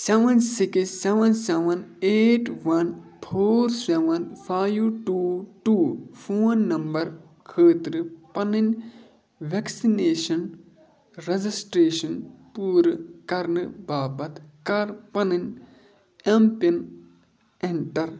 seven six seven seven eight one four seven five two two phone number خٲطرٕ پنٕنۍ vaccination registration پوٗرٕ کَرنہٕ باپتھ کر پَنٕنۍ ایم پِن ایٚنٹر